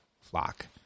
flock